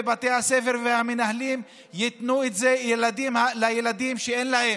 ובתי הספר והמנהלים ייתנו את זה לילדים שאין להם.